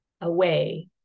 away